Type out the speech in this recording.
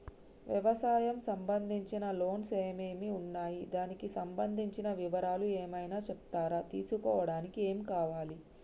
వ్యవసాయం సంబంధించిన లోన్స్ ఏమేమి ఉన్నాయి దానికి సంబంధించిన వివరాలు ఏమైనా చెప్తారా తీసుకోవడానికి ఏమేం కావాలి?